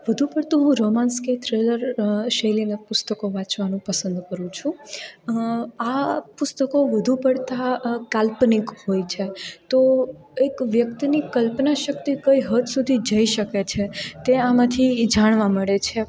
વધુ પડતુ હું રોમાન્સ કે થ્રીલર શૈલીનાં પુસ્તકો વાંચવાનું પસંદ કરું છું આ પુસ્તકો વધુ પડતાં કાલ્પનિક હોય છે તો એક વ્યક્તિની કલ્પનાશક્તિ કઈ હદ સુધી જઈ શકે છે તે આમાંથી જાણવા મળે છે